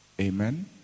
Amen